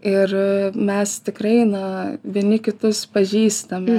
ir mes tikrai na vieni kitus pažįstame